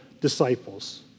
disciples